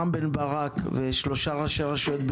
תודה ובהצלחה לשר הנגב והגליל.